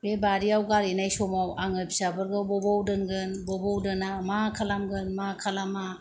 बे बारियाव गारैनाय समाव आङो फिसाफोरखौ ब'बाव दोनगोन ब'बाव दोना माखालामगोन माखालामा